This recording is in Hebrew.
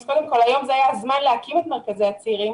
אז היום זה הזמן להקים את מרכזי הצעירים.